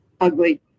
ugly